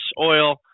oil